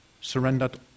surrendered